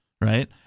right